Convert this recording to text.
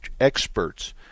experts